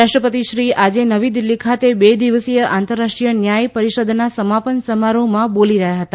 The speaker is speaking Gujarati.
રાષ્ટ્રપતિ શ્રી આજે નવી દિલ્ફી ખાતે બે દિવસીય આંતરરાષ્ટ્રીય ન્યાયિક પરીષદના સમાપન સમારોહમાં બોલી રહયાં હતા